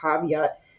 caveat